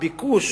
הביקוש